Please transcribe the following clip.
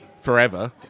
forever